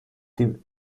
dem